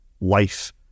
life